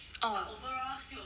oh